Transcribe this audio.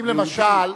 אם למשל,